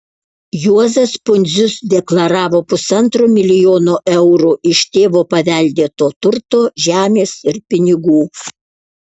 juozas pundzius deklaravo pusantro milijono eurų iš tėvo paveldėto turto žemės ir pinigų